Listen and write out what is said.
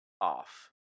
off